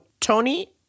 Tony